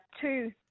two